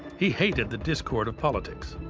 he hated the discord of politics.